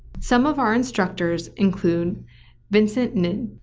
some of our instructors include vincent and and